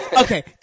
Okay